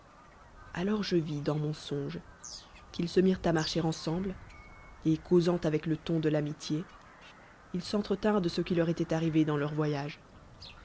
alors je vièdans mon songe qu'il se mirent a marcher ensemble et ramant avec le ton de l'amitié ils s'entretinrent de ce qui leur étoit ar wvé dans leur voyage